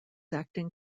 acting